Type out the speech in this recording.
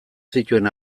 zituen